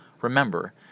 Remember